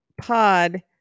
pod